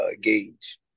gauge